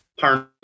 harness